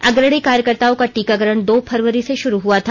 अग्रणी कार्यकर्ताओं का टीकाकरण दो फरवरी से शुरू हुआ था